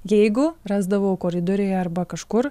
jeigu rasdavau koridoriuje arba kažkur